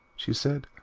she said,